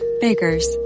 Baker's